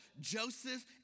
Joseph